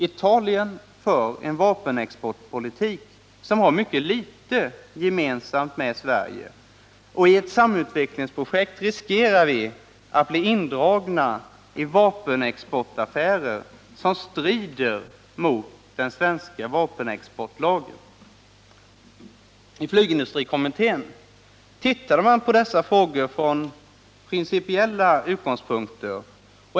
Italien fören Vapenexportpolitik som har mycket litet gemensamt med Sveriges, och planer på samari ett samutvecklingsprojekt riskerar vi att bli indragna i vapenexportaffärer bete med Italien som strider mot den svenska vapenexportlagen. i fråga om B3LA I flygindustrikommittén tittade man på dessa frågor från principiella utgångspunkter.